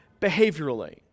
behaviorally